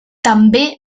també